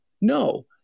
No